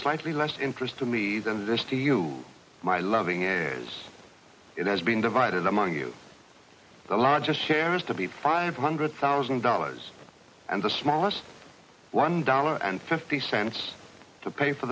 slightly less interest to me than this to you my loving heirs it has been divided among you the largest share is to be five hundred thousand dollars and the smallest one dollar and fifty cents to pay for